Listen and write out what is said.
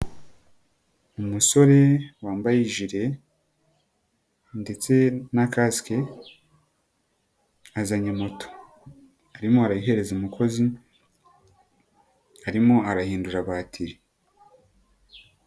Umusore wambaye ijire ndetse na kasike azanye moto, arimo arayihereza umukozi arimo arayihindurira batire.